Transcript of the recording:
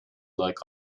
like